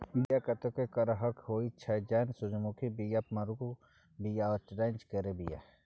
बीया कतेको करहक होइ छै जेना सुरजमुखीक बीया, मरुआक बीया आ रैंचा केर बीया